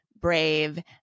brave